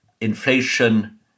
inflation